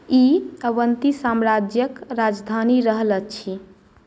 ई अवन्ती साम्राज्यक राजधानी रहल अछि